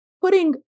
putting